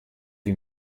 wie